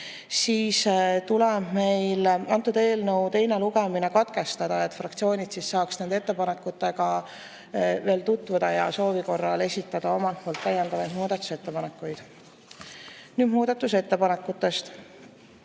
siis tuleb meil eelnõu teine lugemine katkestada, et fraktsioonid saaksid veel ettepanekutega tutvuda ja soovi korral esitada oma muudatusettepanekuid. Nüüd muudatusettepanekutest.